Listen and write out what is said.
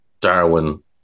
Darwin